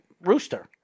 rooster